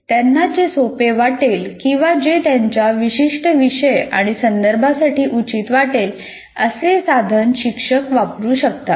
त्यांना जे सोपे वाटेल किंवा जे त्यांच्या विशिष्ट विषय आणि संदर्भासाठी उचित वाटेल असे साधन शिक्षक वापरू शकतात